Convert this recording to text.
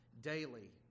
daily